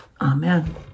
Amen